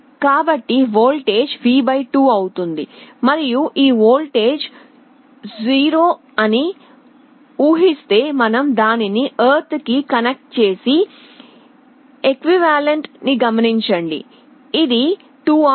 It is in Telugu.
కాబట్టి వోల్టేజ్ V 2 అవుతుంది మరియు ఈ వోల్టేజ్ 0 అని ఊహిస్తే మనం దానిని ఎర్త్ కి కనెక్ట్ చేసి ఎక్వివలెంట్ ని గమనించండి ఇది 2R